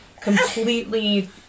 completely